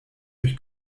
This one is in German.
durch